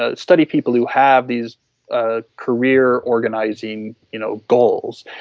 ah study people who have these ah career organizing you know goals,